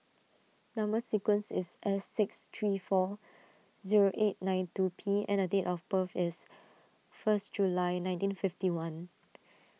Number Sequence is S six three four zero eight nine two P and date of birth is first July nineteen fifty one